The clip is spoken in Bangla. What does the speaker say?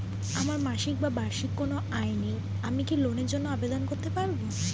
আমার মাসিক বা বার্ষিক কোন আয় নেই আমি কি লোনের জন্য আবেদন করতে পারব?